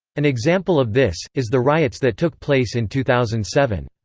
an example of this, is the riots that took place in two thousand seven.